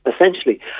Essentially